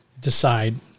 decide